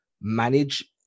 manage